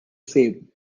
same